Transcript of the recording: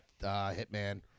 Hitman